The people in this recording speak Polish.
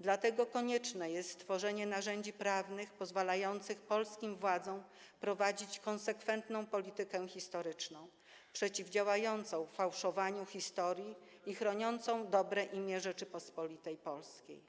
dlatego konieczne jest stworzenie narzędzi prawnych pozwalających polskim władzom prowadzić konsekwentną politykę historyczną przeciwdziałającą fałszowaniu historii i chroniącą dobre imię Rzeczypospolitej Polskiej.